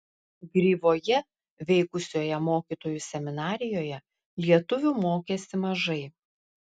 gryvoje veikusioje mokytojų seminarijoje lietuvių mokėsi mažai